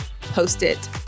Post-It